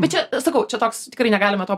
bet čia sakau čia toks tikrai negalime to